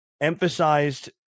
emphasized